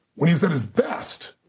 when he was at his best,